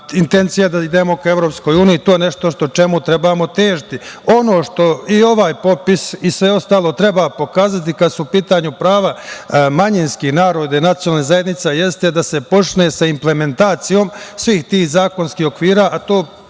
Intencija da idemo ka EU, to je nešto što trebamo težiti. Ono što i ovaj popis i sve ostalo treba pokazati kada su u pitanju prava manjinskog naroda i nacionalnih zajednica jeste da se počne sa implementacijom svih tih zakonskih okvira, a to,